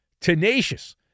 tenacious